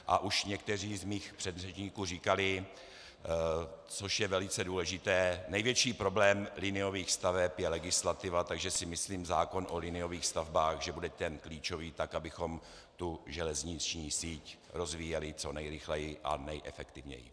A už někteří z mých předřečníků říkali, což je velice důležité, největší problém liniových staveb je legislativa, takže si myslím, že zákon o liniových stavbách bude ten klíčový tak, abychom železniční síť rozvíjeli co nejrychleji a nejefektivněji.